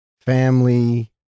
family